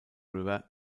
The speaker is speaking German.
river